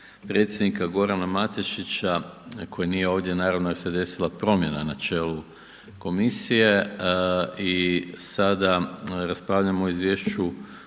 predsjednika Gorana Matešića koji nije ovdje, naravno jer se desila promjena na čelu komisije i sada raspravljamo o izvješću